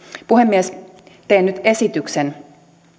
puhemies teen nyt esityksen